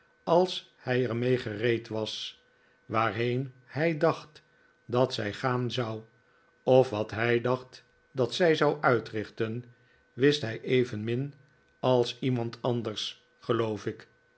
als hij er mee gereed was waarheen hij dacht dat zij gaan zou of wat hij dacht dat zij zou uitrichten wist hij evenmin als iemand anders geloof ik